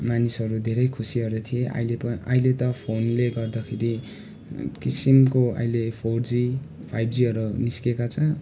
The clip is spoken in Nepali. मानिसहरू धेरै खुसीहरू थिए अहिले पो अहिले त फोनले गर्दाखेरि किसिमको अहिले फोर जी फाइभ जीहरू निस्केका छन्